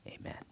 amen